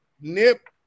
Nip